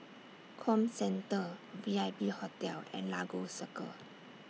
Comcentre V I P Hotel and Lagos Circle